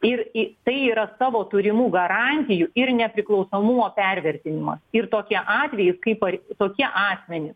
ir į tai yra savo turimų garantijų ir nepriklausomumo pervertinimas ir tokie atvejai kaip par tokie asmenys